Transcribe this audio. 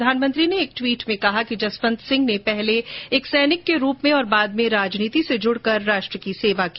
प्रधानमंत्री ने एक ट्वीट में कहा कि जसवंत सिंह ने पहले एक सैनिक के रूप में और बाद में राजनीति से जुड़कर राष्ट्र की सेवा की